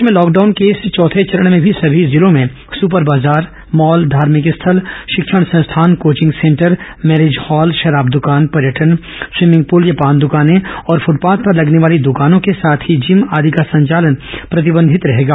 प्रदेश में लॉकडाउन के इस चौर्थे चरण में भी सभी जिलों में सूपर बाजार मॉल धार्मिक स्थल शिक्षण संस्थान कोचिंग सेंटर मैरिज हॉल शराब दकान पर्यटन स्वीभिंग पुल पान दकाने और फटपाथ पर लगने वाली द्रकानों के साथ ही जिम आदि का संचालन प्रतिबंधित रहेगा